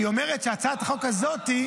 היא אומרת שהצעת החוק הזאת,